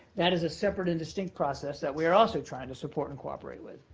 that is a separate and distinct process that we are also trying to support and cooperate with.